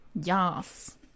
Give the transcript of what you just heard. Yes